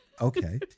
Okay